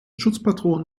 schutzpatron